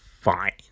fine